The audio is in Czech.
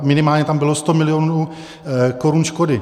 Minimálně tam bylo 100 milionů korun škody.